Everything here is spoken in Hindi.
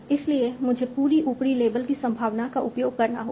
इसलिए मुझे ऊपरी लेबल से संभावना का उपयोग करना होगा